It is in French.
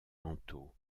mentaux